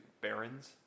barons